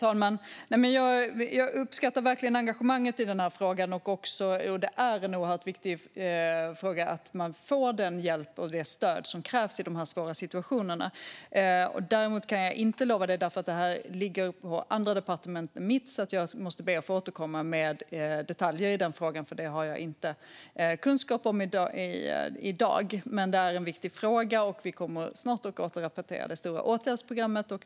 Herr talman! Jag uppskattar verkligen engagemanget i frågan. Det är en oerhört viktig fråga att man får den hjälp och det stöd som krävs i de här svåra situationerna. Däremot kan jag inte lova detta, för det här ligger på andra departement än mitt. Jag måste därför be att få återkomma med detaljer i frågan, för jag har inte kunskap om det i dag. Men det är en viktig fråga, och vi kommer snart att återrapportera om det stora åtgärdsprogrammet.